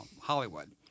Hollywood